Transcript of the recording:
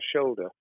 shoulder